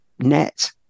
Net